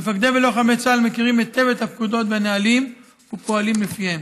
מפקדי ולוחמי צה"ל מכירים היטב את הפקודות והנהלים ופועלים לפיהם.